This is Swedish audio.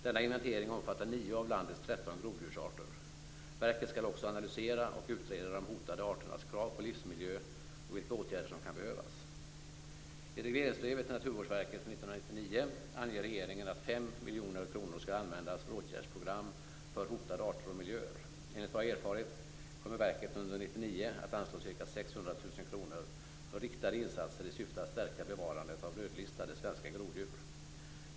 Denna inventering omfattar nio av landets tretton groddjursarter. Verket skall också analysera och utreda de hotade arternas krav på livsmiljö och vilka åtgärder som kan behövas. anger regeringen att 5 miljoner kronor skall användas för åtgärdsprogram för hotade arter och miljöer. Enligt vad jag erfarit kommer verket under 1999 att anslå ca 600 000 kronor för riktade insatser i syfte att stärka bevarandet av rödlistade svenska groddjur.